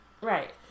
Right